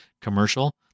commercial